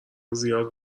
زیاد